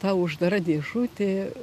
ta uždara dėžutė